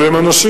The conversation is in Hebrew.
אבל הם אנשים.